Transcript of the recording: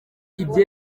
ibyo